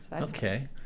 Okay